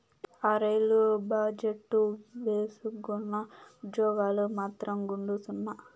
ఆ, రైలు బజెట్టు భేసుగ్గున్నా, ఉజ్జోగాలు మాత్రం గుండుసున్నా